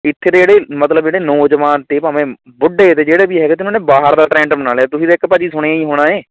ਇੱਥੇ ਦੇ ਜਿਹੜੇ ਮਤਲਬ ਜਿਹੜੇ ਨੌਜਵਾਨ ਤੇ ਭਾਵੇਂ ਬੁੱਢੇ ਤੇ ਜਿਹੜੇ ਵੀ ਹੈਗੇ ਤੇ ਉਹਨਾਂ ਨੇ ਬਾਹਰ ਦਾ ਟ੍ਰੈਂਡ ਬਣਾ ਲਿਆ ਤੁਸੀਂ ਤਾਂ ਇੱਕ ਭਾਅ ਜੀ ਸੁਣਿਆ ਹੀ ਹੋਣਾ ਹੈ